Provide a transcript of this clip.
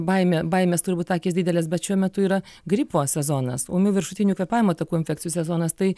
baimė baimės turbūt akys didelės bet šiuo metu yra gripo sezonas ūmių viršutinių kvėpavimo takų infekcijų sezonas tai